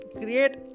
create